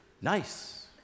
Nice